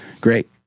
great